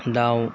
दाउ